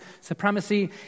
supremacy